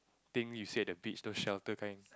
thing you see at the beach those shelter kind